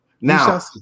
Now